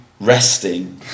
resting